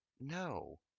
No